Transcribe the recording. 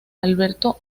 alberto